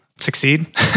succeed